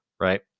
Right